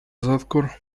تذكر